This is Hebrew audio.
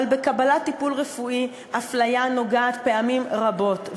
אבל בקבלת טיפול רפואי הפליה נוגעת פעמים רבות,